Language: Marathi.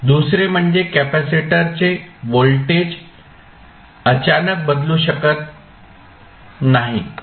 दुसरे म्हणजे कॅपेसिटरचे व्होल्टेज अचानक बदलू शकत नाही